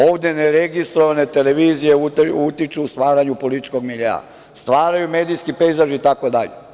Ovde neregistrovane televizije utiču na stvaranje političkog miljea, stvaraju medijski pejzaž, itd.